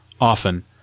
often